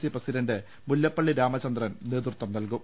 C president Mullappally Ramachandran നേതൃത്വം നൽകും